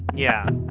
yeah